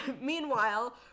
meanwhile